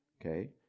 okay